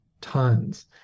tons